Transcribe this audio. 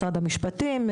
משרד המשפטים,